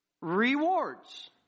Rewards